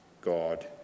God